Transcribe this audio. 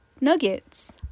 nuggets